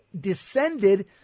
descended